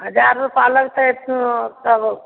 हजार रूपा लगतै तब